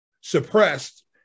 suppressed